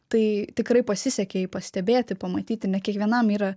tai tikrai pasisekė jį pastebėti pamatyti ne kiekvienam yra